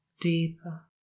deeper